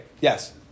Yes